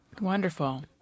Wonderful